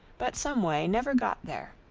but some way never got there.